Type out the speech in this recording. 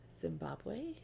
Zimbabwe